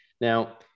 Now